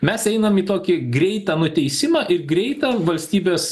mes einam į tokį greitą nuteisimą ir greitą valstybės